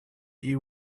you